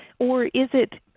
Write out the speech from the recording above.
or is it